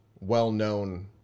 well-known